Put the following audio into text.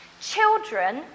Children